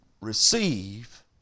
receive